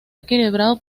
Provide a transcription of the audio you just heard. equilibrado